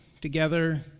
together